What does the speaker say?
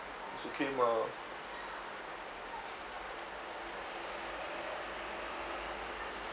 it's okay mah